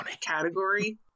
category